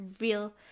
real